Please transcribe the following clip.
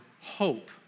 hope